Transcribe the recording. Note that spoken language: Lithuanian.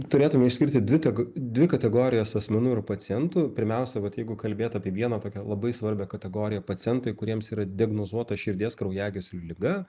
turėtume išskirti dvi teg dvi kategorijas asmenų ir pacientų pirmiausia vat jeigu kalbėt apie vieną tokią labai svarbią kategoriją pacientai kuriems yra diagnozuota širdies kraujagyslių liga